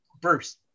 Bruce